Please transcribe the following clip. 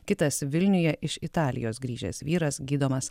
kitas vilniuje iš italijos grįžęs vyras gydomas